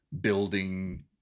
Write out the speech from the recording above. building